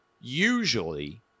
Usually